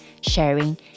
sharing